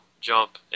jump